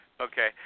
okay